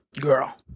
girl